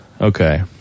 okay